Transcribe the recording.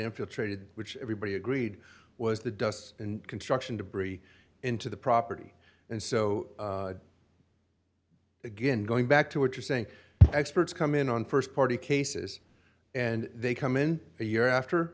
infiltrated which everybody agreed was the dust and construction debris into the property and so again going back to what you're saying experts come in on st party cases and they come in a year after